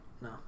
No